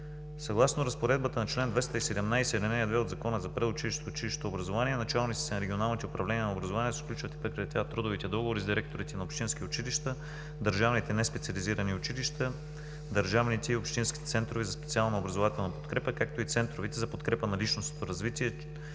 Съгласно разпоредбата на чл. 217, ал. 2 от Закона за предучилищното и училищното образование началниците на регионалните управления на образованието прекратяват трудовите договори с директорите на общински училища, държавните неспециализирани училища, държавните и общински центрове за специална образователна подкрепа, както и центровете за подкрепа на личностното развитие,